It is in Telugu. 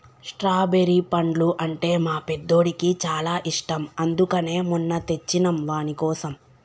స్ట్రాబెరి పండ్లు అంటే మా పెద్దోడికి చాలా ఇష్టం అందుకనే మొన్న తెచ్చినం వానికోసం